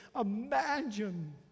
imagine